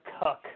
cuck